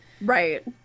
Right